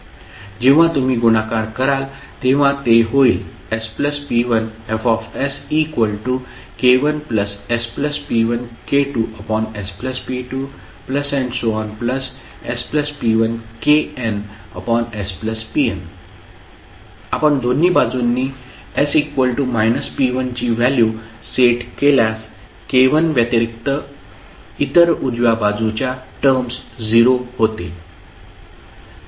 जेव्हा तुम्ही गुणाकार कराल तेव्हा ते होईल sp1Fsk1sp1k2sp2sp1knspn आपण दोन्ही बाजूंनी s −p1 ची व्हॅल्यू सेट केल्यास K1 व्यतिरिक्त इतर उजव्या बाजूच्या टर्म्स 0 होतील